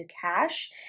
cash